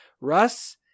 Russ